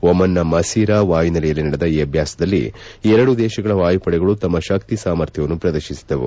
ಒಮನ್ನ Masirah ವಾಯುನೆಲೆಯಲ್ಲಿ ನಡೆದ ಈ ಅಭ್ಯಾಸದಲ್ಲಿ ಎರಡು ದೇಶಗಳ ವಾಯುಪಡೆಗಳು ತಮ್ಮ ಶಕ್ತಿ ಸಾಮರ್ಥ್ಯವನ್ನು ಪ್ರದರ್ಶಿಸಿದವು